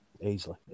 Easily